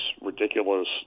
ridiculous